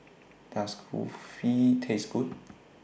Does Kulfi Taste Good